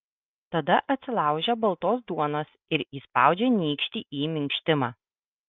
tada atsilaužia baltos duonos ir įspaudžia nykštį į minkštimą